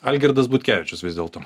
algirdas butkevičius vis dėlto